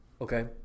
Okay